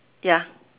ya